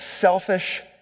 selfish